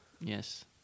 Yes